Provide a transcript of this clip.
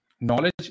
knowledge